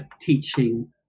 teaching